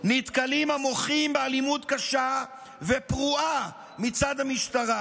נתקלים המוחים באלימות קשה ופרועה מצד המשטרה,